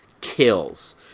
kills